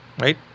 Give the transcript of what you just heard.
right